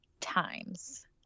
times